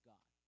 God